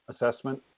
assessment